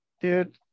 dude